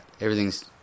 everything's